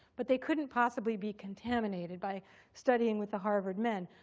but they couldn't possibly be contaminated by studying with the harvard men.